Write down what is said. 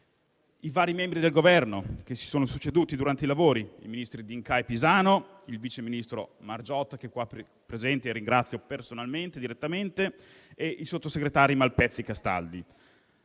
i vari membri del Governo che si sono succeduti durante i lavori; i ministri D'Incà e Pisano e il vice ministro Margiotta, che è qui presente e che ringrazio personalmente, nonché i sottosegretari Malpezzi e Castaldi,